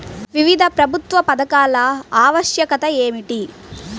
వివిధ ప్రభుత్వ పథకాల ఆవశ్యకత ఏమిటీ?